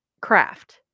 craft